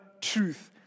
truth